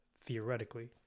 theoretically